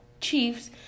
Chiefs